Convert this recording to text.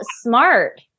smart